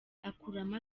akuramo